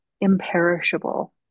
imperishable